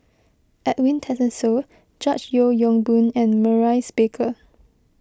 Edwin Tessensohn George Yeo Yong Boon and Maurice Baker